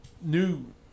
new